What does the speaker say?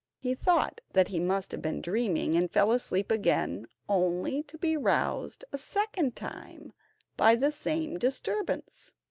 he thought that he must have been dreaming, and fell asleep again, only to be roused a second time by the same disturbance.